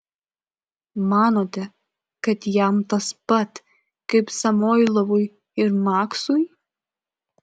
manote kad jam tas pat kaip samoilovui ir maksui